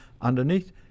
underneath